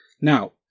Now